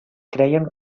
creien